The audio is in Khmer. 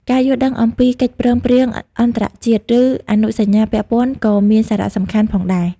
ការយល់ដឹងអំពីកិច្ចព្រមព្រៀងអន្តរជាតិ ឬអនុសញ្ញាពាក់ព័ន្ធក៏មានសារៈសំខាន់ផងដែរ។